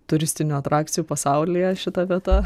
turistinių atrakcijų pasaulyje šita vieta